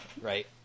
Right